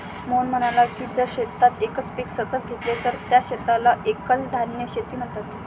मोहन म्हणाला की जर शेतात एकच पीक सतत घेतले तर त्या शेताला एकल धान्य शेती म्हणतात